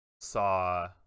saw